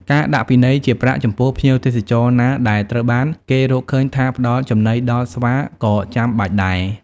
ការដាក់ពិន័យជាប្រាក់ចំពោះភ្ញៀវទេសចរណាដែលត្រូវបានគេរកឃើញថាផ្តល់ចំណីដល់ស្វាក៏ចាំបាច់ដែរ។